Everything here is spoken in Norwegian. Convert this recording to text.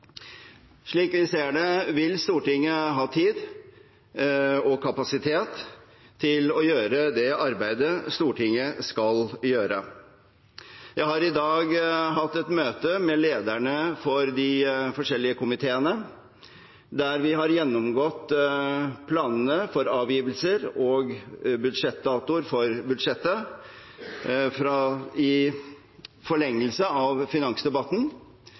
Slik vi ser det, vil Stortinget ha tid og kapasitet til å gjøre det arbeidet Stortinget skal gjøre. Jeg har i dag hatt et møte med lederne for de forskjellige komiteene der vi har gjennomgått planene for avgivelser og datoer for budsjettbehandlingen, i forlengelse av finansdebatten.